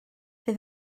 bydd